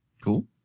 Cool